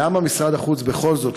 למה משרד החוץ בכל זאת,